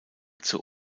zur